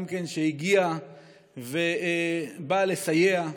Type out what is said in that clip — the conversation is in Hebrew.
שהגיע ובא לסייע.